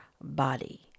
body